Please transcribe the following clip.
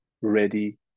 ready